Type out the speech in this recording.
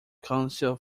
council